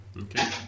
Okay